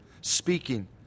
speaking